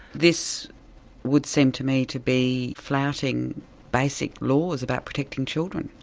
this would seem to me to be flouting basic laws about protecting children.